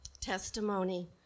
testimony